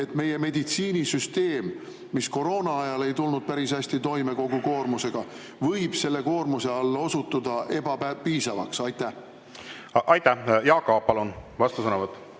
et meie meditsiinisüsteem, mis koroona ajal ei tulnud päris hästi toime kogu koormusega, võib selle koormuse all osutuda ebapiisavaks. Aitäh! Jaak Aab, palun! Vastusõnavõtt.